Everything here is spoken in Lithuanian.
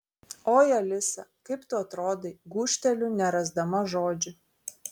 oi alisa kaip tu atrodai gūžteliu nerasdama žodžių